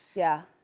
yeah.